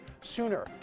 sooner